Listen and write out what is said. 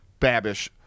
Babish